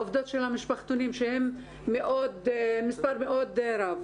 העובדות של המשפחתונים, שהן מספר מאוד רב.